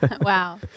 Wow